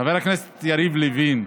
חבר הכנסת יריב לוין,